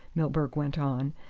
milburgh went on,